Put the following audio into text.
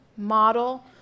model